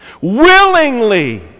willingly